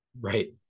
Right